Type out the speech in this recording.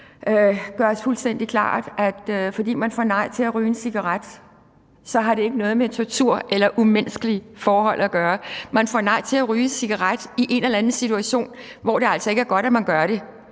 gøres fuldstændig klart, er, at fordi man får nej til at ryge en cigaret, så har det ikke noget med tortur eller umenneskelige forhold at gøre. Man får nej til at ryge en cigaret i en eller anden situation, hvor det altså ikke er godt, at man gør det,